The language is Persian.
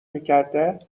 میکرده